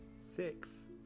Six